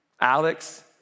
Alex